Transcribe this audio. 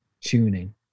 tuning